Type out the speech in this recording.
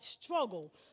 struggle